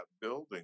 building